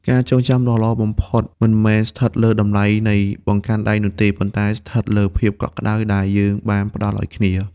ការចងចាំដ៏ល្អបំផុតមិនមែនស្ថិតលើតម្លៃនៃបង្កាន់ដៃនោះទេ ប៉ុន្តែស្ថិតលើភាពកក់ក្តៅដែលយើងបានផ្តល់ឱ្យគ្នា។